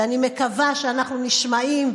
ואני מקווה שאנחנו נשמעים,